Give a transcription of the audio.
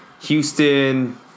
Houston